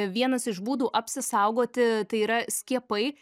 vienas iš būdų apsisaugoti tai yra skiepai